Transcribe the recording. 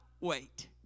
wait